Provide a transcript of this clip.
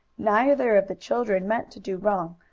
neither of the children meant to do wrong,